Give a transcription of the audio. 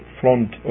front